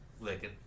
licking